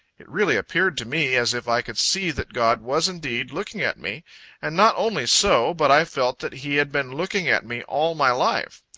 it really appeared to me as if i could see that god was indeed looking at me and not only so, but i felt that he had been looking at me all my life.